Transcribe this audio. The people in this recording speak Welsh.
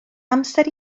amser